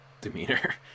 Demeanor